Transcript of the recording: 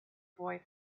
boy